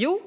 Jo,